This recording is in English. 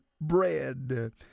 bread